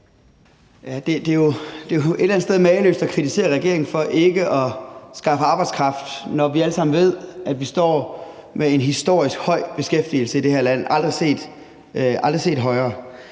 Det er jo et eller andet sted mageløst at kritisere regeringen for ikke at skaffe arbejdskraft, når vi alle sammen ved, at vi står med en historisk høj beskæftigelse, aldrig set højere